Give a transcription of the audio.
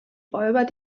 räuber